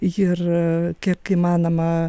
ir kiek įmanoma